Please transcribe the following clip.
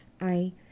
I